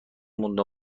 مونده